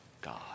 God